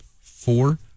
Four